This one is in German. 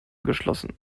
geschlossen